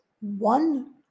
one